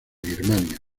birmania